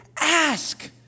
ask